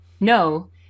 no